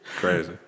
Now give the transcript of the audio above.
Crazy